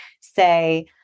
say